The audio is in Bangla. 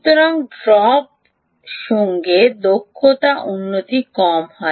সুতরাং ড্রপ সঙ্গে দক্ষতা উন্নতি কম হয়